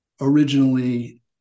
originally